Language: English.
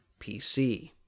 PC